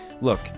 Look